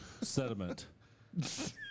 Sediment